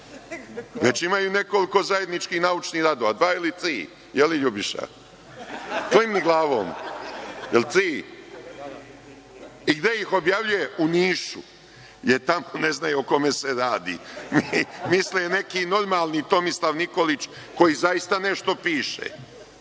imaju nekoliko zajedničkih naučnih radova, dva ili tri. Je li, Ljubiša, klimni glavom, je li tri? I, gde ih objavljuje? U Nišu, jer tamo ne znaju o kome se radi. Misle neki normalni Tomislav Nikolić koji zaista nešto piše.